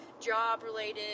Job-related